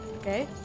Okay